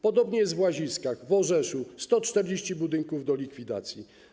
Podobnie jest w Łaziskach, w Orzeszu - 140 budynków do likwidacji.